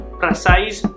precise